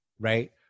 right